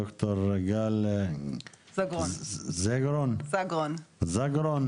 דוקטור גל זגרון, ראש אגף